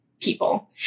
people